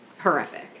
horrific